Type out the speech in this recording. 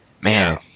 man